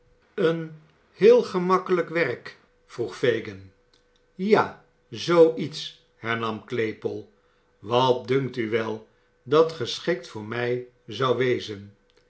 een heel gemakkelijk werk vroeg fagin ja zoo iets hernam claypole wat dunkt u wel dat geschikt voor mij zou wezen